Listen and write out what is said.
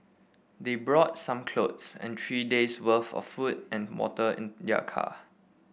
they brought some clothes and three days' worth of food and water in their car